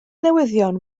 newyddion